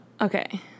okay